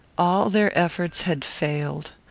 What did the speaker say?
all their efforts had failed.